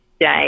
day